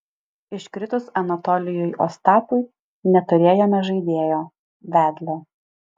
iškritus anatolijui ostapui neturėjome žaidėjo vedlio